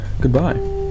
goodbye